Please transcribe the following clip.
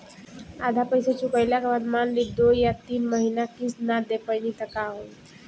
आधा पईसा चुकइला के बाद मान ली दो या तीन महिना किश्त ना दे पैनी त का होई?